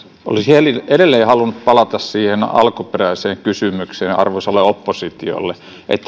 olisin edelleen halunnut palata siihen alkuperäiseen kysymykseen arvoisalle oppositiolle